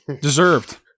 Deserved